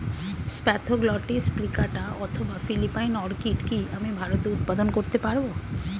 Spathoglottis plicata অথবা Philippine orchid কি আমি ভারতে উৎপাদন করতে পারবো?